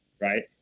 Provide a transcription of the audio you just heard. right